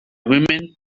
women